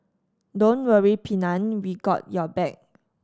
don't worry Pennant we got your back